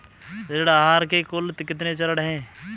ऋण आहार के कुल कितने चरण हैं?